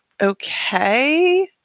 okay